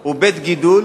היא בית-גידול